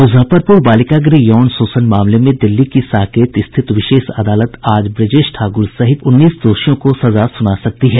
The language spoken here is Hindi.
मुजफ्फरपुर बालिका गृह यौन शोषण मामले में दिल्ली की साकेत स्थित विशेष अदालत आज ब्रजेश ठाकुर सहित उन्नीस दोषियों को सजा सुना सकती है